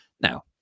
Now